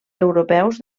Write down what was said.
europeus